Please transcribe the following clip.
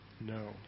No